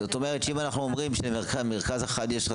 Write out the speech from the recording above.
זאת אומרת שאם אנחנו אומרים שמרכז אחד יש רק